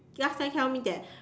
last time tell me that